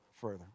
further